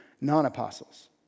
non-apostles